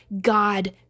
God